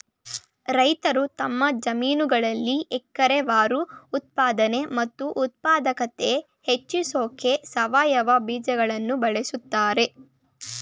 ರೈತರು ತಮ್ಮ ಜಮೀನುಗಳಲ್ಲಿ ಎಕರೆವಾರು ಉತ್ಪಾದನೆ ಮತ್ತು ಉತ್ಪಾದಕತೆ ಹೆಚ್ಸೋಕೆ ಸಾವಯವ ಬೀಜಗಳನ್ನು ಬಳಸ್ತಾರೆ